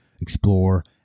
explore